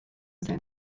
zen